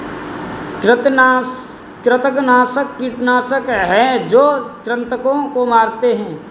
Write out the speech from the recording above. कृंतकनाशक कीटनाशक हैं जो कृन्तकों को मारते हैं